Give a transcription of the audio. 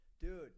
Dude